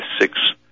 six